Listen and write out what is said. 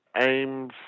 aims